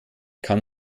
kann